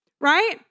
right